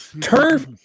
Turf